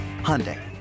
Hyundai